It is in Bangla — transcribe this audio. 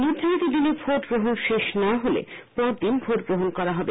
নির্ধারিত দিনে ভোটগ্রহণ শেষ না হলে পরদিন ভোটগ্রহণ করা হবে